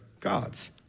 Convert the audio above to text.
gods